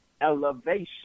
elevation